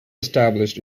established